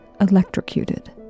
electrocuted